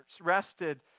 rested